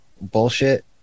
bullshit